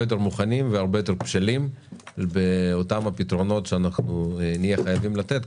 יותר מוכנים והרבה יותר בשלים באותם הפתרונות שנהיה חייבים לתת,